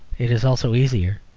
it is also easier.